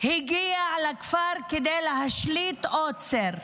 הגיע לכפר כדי להשליט עוצר.